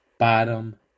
Bottom